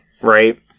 Right